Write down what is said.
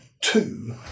two